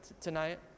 tonight